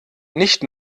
nicht